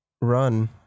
Run